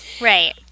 right